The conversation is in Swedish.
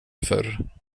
förr